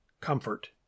comfort